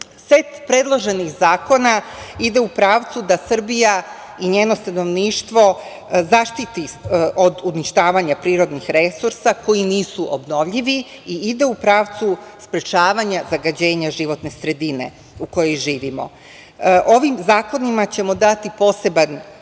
predloženih zakona ide u pravcu da Srbija i njeno stanovništvo zaštiti od uništavanja prirodnih resursa koji nisu obnovljivi i ide u pravcu sprečavanja zagađenja životne sredine u kojoj živimo. Ovim zakonima ćemo dati poseban